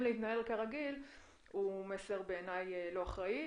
להתנהל כרגיל הוא בעיניי מסר לא אחראי.